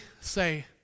say